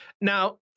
Now